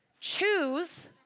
choose